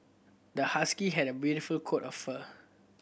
the husky had a beautiful coat of fur